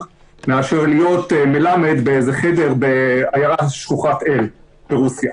מאשר להיות מלמד באיזה חדר בעיירה שכוחת אל ברוסיה.